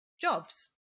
jobs